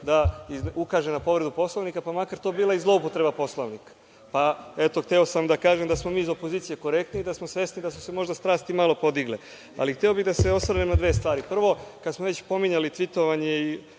da ukaže na povredu Poslovnika, pa makar to bila i zloupotreba Poslovnika. Hteo sam da kažem da smo mi iz opozicije korektni i da smo svesni da su se strasti možda malo podigle, ali hteo bih da se osvrnem na dve stvari. Prvo, kada smo već pominjali tvitovanje i